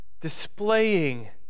displaying